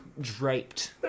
draped